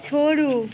छोड़ू